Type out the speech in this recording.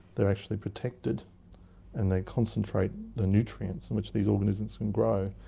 they're actually protected and they concentrate the nutrients in which these organisms can grow.